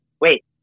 wait